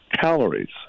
calories